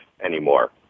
anymore